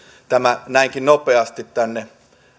tämä näinkin nopeasti tänne